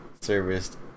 Serviced